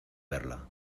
verla